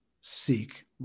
seek